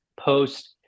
post